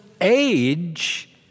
age